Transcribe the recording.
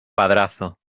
padrazo